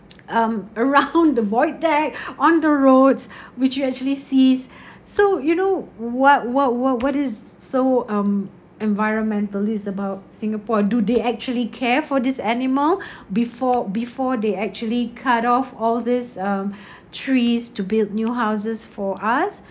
um around the void deck on the roads which you actually sees so you know what what what what is so um environmentalist about singapore do they actually care for this animal before before they actually cut off all these um trees to build new houses for us